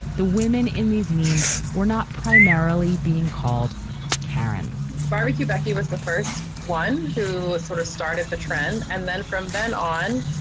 the women in these means, we're not primarily being called karen's barbecue becky was the first one who sort of started the trend. and then from then on,